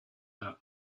their